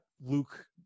luke